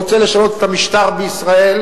רוצה לשנות את המשטר בישראל,